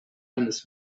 eines